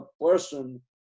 person